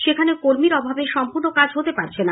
সেখানেও কর্মীর অভাবে সম্পূর্ণ কাজ হতে পারছে না